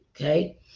Okay